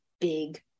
big